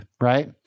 right